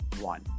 one